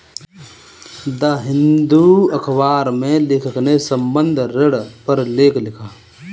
the Hindu अखबार में लेखक ने संबंद्ध ऋण पर लेख लिखा